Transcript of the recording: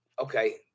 Okay